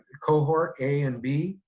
cohort a and b,